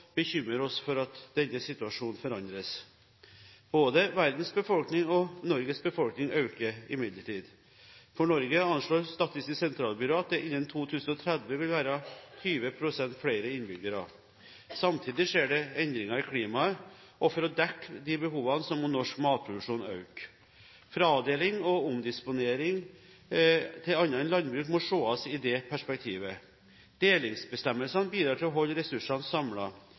oss for at denne situasjonen forandres. Både verdens befolkning og Norges befolkning øker imidlertid. For Norge anslår Statistisk sentralbyrå at det innen 2030 vil bli 20 pst. flere innbyggere. Samtidig skjer det endringer i klimaet. For å dekke disse behovene må norsk matproduksjon øke. Fradeling og omdisponering til annet enn landbruk må ses i det perspektivet. Delingsbestemmelsen bidrar til å holde ressursene